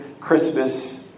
Christmas